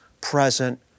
present